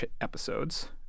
episodes